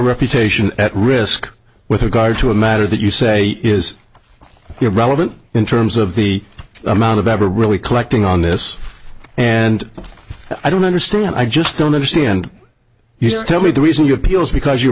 reputation at risk with regard to a matter that you say is your relevant in terms of the amount of ever really collecting on this and i don't understand i just don't understand you just tell me the reason you appeals because you're